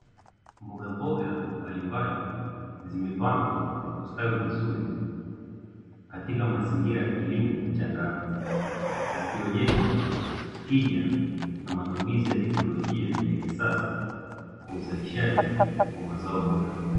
Mbogamboga mbalimbali zimepandwa na kustawi vizuri katika mazingira ya kilimo cha ndani, zikionesha tija na matumizi ya teknolojia ya kisasa kwa uzalishaji wa mazao yaliyo bora.